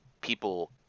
people